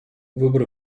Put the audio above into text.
выборы